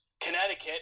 Connecticut